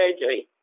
surgery